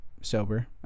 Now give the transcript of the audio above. sober